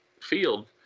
field